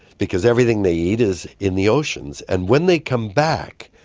because everything they eat is in the oceans. and when they come back,